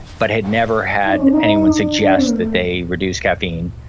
but had never had anyone suggest that they reduce caffeine,